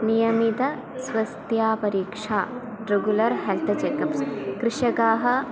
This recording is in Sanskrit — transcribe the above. नियमितस्वस्त्यापरीक्षा रेगुलर् हेल्त् चेकप्स् कृषकाः